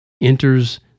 enters